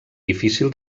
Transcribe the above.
difícil